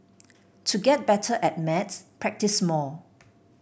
to get better at maths practise more